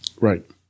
Right